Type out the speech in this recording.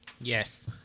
Yes